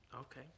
Okay